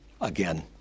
again